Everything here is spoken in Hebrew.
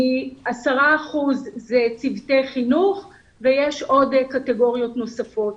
10 אחוזים צוותי חינוך ויש עוד קטגוריות נוספות.